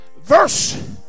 Verse